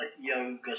yoga